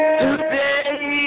today